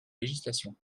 législation